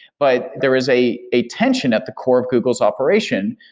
but there is a a tension at the core of google's operation,